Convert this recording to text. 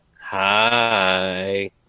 Hi